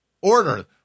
order